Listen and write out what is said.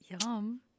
Yum